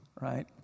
right